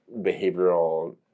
behavioral